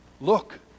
Look